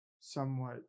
somewhat